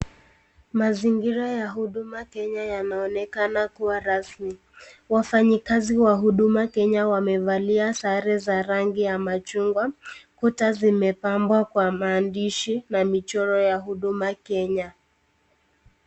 Mazingira ya huduma kenya yanaonekana kuwa rasmi. Wafanya kazi wa huduma kenya wamevalia sare za rangi ya machungwa. Kuta zimepambwa kwa maandishi na michoro ya huduma kenya.